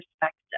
perspective